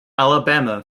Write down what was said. alabama